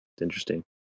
interesting